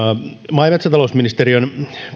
maa ja metsätalousministeriön